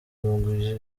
mugwi